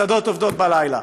מסעדות עובדות בלילה.